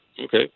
Okay